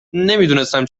نمیدونستم